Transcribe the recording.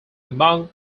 among